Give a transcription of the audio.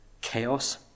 chaos